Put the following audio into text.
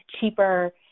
cheaper